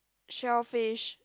shell fish